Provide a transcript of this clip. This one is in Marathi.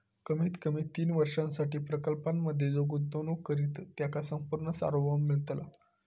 कमीत कमी तीन वर्षांसाठी प्रकल्पांमधे जो गुंतवणूक करित त्याका संपूर्ण सार्वभौम मिळतला